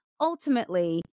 ultimately